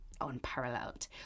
unparalleled